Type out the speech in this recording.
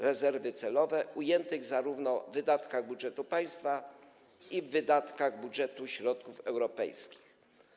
Rezerwy celowe - ujętych zarówno w wydatkach budżetu państwa, jak i w wydatkach budżetu środków europejskich.